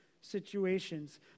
situations